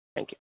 thank you